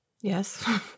Yes